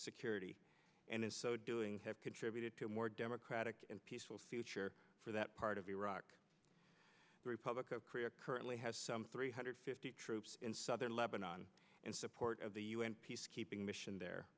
security and in so doing have contributed to a more democratic and peaceful future for that part of iraq the republic of korea currently has some three hundred fifty troops in southern lebanon in support of the un peacekeeping mission there